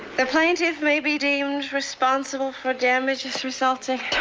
the plaintiff may be deemed responsible for damages, resulting.